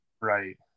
right